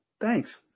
Thanks